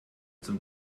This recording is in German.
zum